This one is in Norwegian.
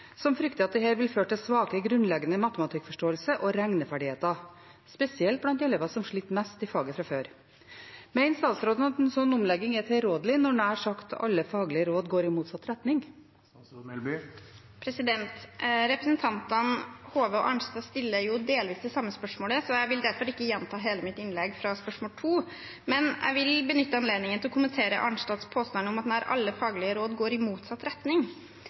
som frykter at dette vil føre til svakere grunnleggende matematikkforståelse og regneferdigheter, spesielt blant elevene som sliter mest i faget fra før. Mener statsråden en slik omlegging er tilrådelig når nær alle faglige råd går i motsatt retning?» Representantene Hove og Arnstad stiller jo delvis det samme spørsmålet. Jeg vil derfor ikke gjenta hele mitt innlegg til spørsmål 2. Jeg vil benytte anledningen til å kommentere Arnstads påstand om at nær alle faglige råd går i motsatt retning.